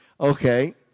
Okay